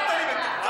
אתה קראת לי מטומטם?